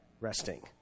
resting